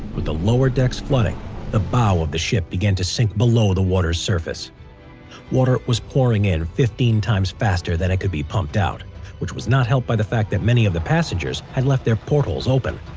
with the lower decks flooding the bow of the ship began to sink below the water's surface water was pouring in fifteen times faster than it could be pumped out which was not helped by the fact that many of the passengers had left their portholes open